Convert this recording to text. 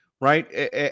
right